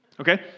Okay